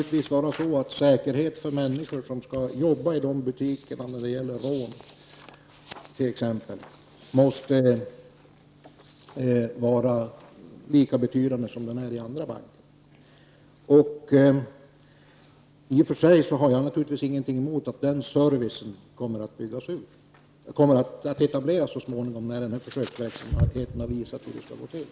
Säkerheten för de människor som skall jobba i dessa butiker när det gäller risken att utsättas för t.ex. rån måste naturligtvis vara lika betydande som den är i banker i övrigt. I och för sig har jag naturligtvis ingenting emot att denna service byggs ut. Den kommer att etableras så småningom när försöksverksamheten har visat hur det skall gå till.